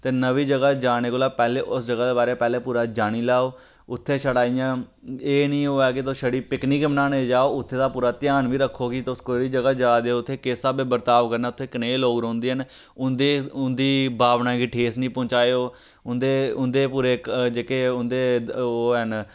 ते नमीं जगह् जाने कोलां पैह्ले उस जगह् दे बारे पैह्ले पूरा जानी लैओ उत्थें छड़ा इयां एह् नी होऐ कि तुस छड़ी पिकनिक गै मनाने गी जाओ उत्थें दा पूरा ध्यान बी रक्खो कि करना उत्थें कनेह् लोक रौंह्दे न उं'दे उं'दी भावना गी ठेस नी पुजाएओ उं'दे उं'दे पूरे जेह्के उंदे ओह् हैन